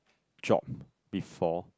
job before